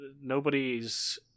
nobody's